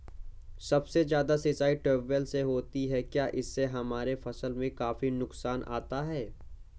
सबसे ज्यादा सिंचाई ट्यूबवेल से होती है क्या इससे हमारे फसल में काफी नुकसान आता है?